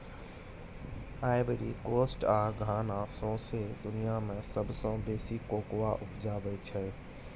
Ivory Coast आ Ghana सौंसे दुनियाँ मे सबसँ बेसी कोकोआ उपजाबै छै